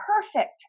perfect